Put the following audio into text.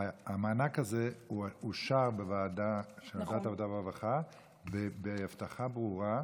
המענק הזה אושר בוועדת העבודה והרווחה בהבטחה ברורה,